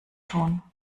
tun